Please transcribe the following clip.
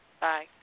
Bye